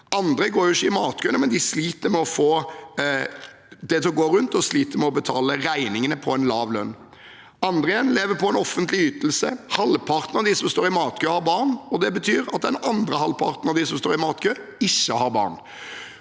Andre går ikke i matkøen, men de sliter med å få det til å gå rundt og sliter med å betale regningene på en lav lønn. Andre igjen lever på en offentlig ytelse. Halvparten av de som står i matkø, har barn, og det betyr at den andre halvparten av de som står i matkø, ikke har barn.